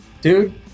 Dude